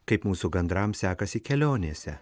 kaip mūsų gandrams sekasi kelionėse